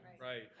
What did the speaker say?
Right